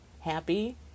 happy